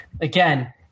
again